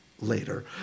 later